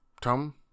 Tom